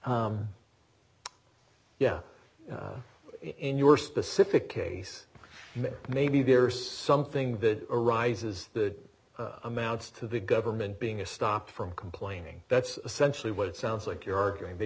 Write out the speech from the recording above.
yeah in your specific case maybe there is something that arises the amounts to the government being a stop from complaining that's essentially what it sounds like you're arguing they